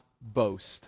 boast